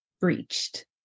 breached